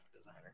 designer